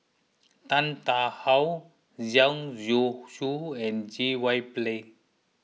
Tan Tarn How Zhang Youshuo and J Y Pillay